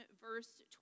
verse